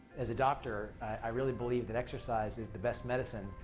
as a doctor, i really believe that exercise is the best medicine,